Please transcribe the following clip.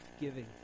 giving